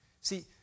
See